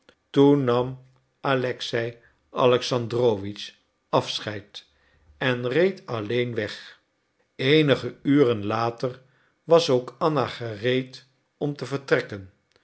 toen nam alexei alexandrowitsch afscheid en reed alleen weg eenige uren later was ook anna gereed om te vertrekken